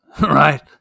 right